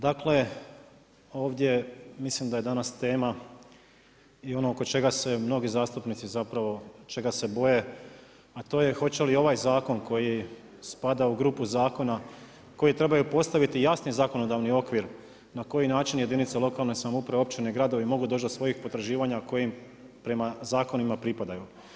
Dakle, ovdje mislim da je danas tema i ono oko čega se mnogi zastupnici zapravo čega se boje, a to je hoće li ovaj zakon koji spada u grupu zakona koji trebaju postaviti jasni zakonodavni okvir na koji način jedinica lokalne samouprave, općine, gradovi, mogu doći do svojih potraživanja kojim prema zakonima pripadaju.